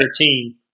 team